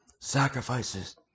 sacrifices